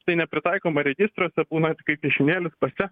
tai nepritaikoma registruose būna kai piešinėlis pase